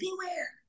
Beware